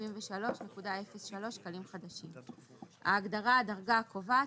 8,973.03 שקלים חדשים."; הגדרה "הדרגה הקובעת"